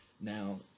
Now